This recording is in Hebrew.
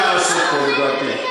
אין להם מה לעשות פה, לדעתי.